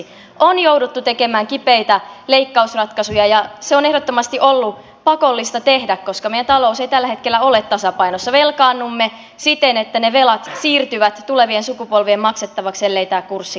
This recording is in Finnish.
on jouduttu tekemään kipeitä leikkausratkaisuja ja se on ehdottomasti ollut pakollista tehdä koska meidän taloutemme ei tällä hetkellä ole tasapainossa ja velkaannumme siten että ne velat siirtyvät tulevien sukupolvien maksettavaksi ellei tämä kurssi käänny